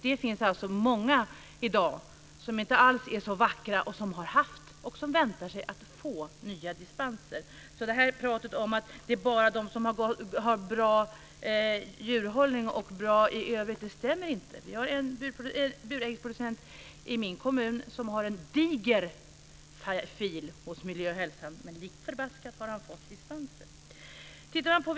Det finns alltså många i dag som inte alls är så "vackra" och som har haft och som förväntar sig att få nya dispenser. Det här pratet om att det bara är de som har bra djurhållning och bra i övrigt som får dispens stämmer inte. Vi har en buräggsproducent i min kommun som har en diger fil hos miljö och hälsovårdsnämnden, men lik förbaskat har han fått dispenser.